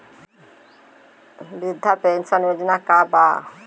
वृद्ध पेंशन योजना का बा?